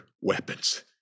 weapons